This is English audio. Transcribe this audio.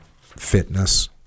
fitness